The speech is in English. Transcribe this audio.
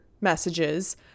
messages